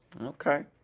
Okay